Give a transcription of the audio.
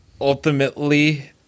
ultimately